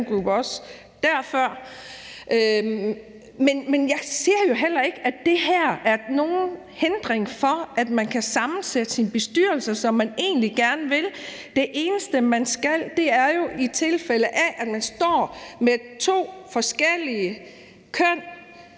jeg ser jo heller ikke, at det her er nogen hindring for, at man kan sammensætte sin bestyrelse, som man egentlig gerne vil. Det eneste, man skal, er jo, i tilfælde af at man står med to kandidater